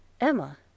Emma